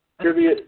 trivia